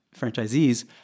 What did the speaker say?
franchisees